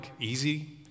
easy